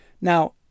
Now